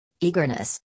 eagerness